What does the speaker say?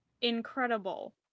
Incredible